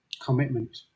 commitment